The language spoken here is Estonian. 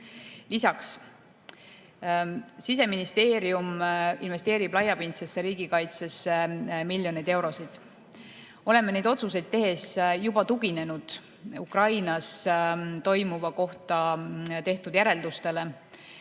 Lisaks, Siseministeerium investeerib laiapindsesse riigikaitsesse miljoneid eurosid. Oleme neid otsuseid tehes juba tuginenud Ukrainas toimuva kohta tehtud järeldustele.